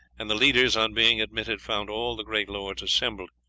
and the leaders, on being admitted, found all the great lords assembled.